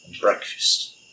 breakfast